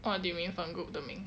what do you mean 分 group 的名